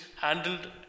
handled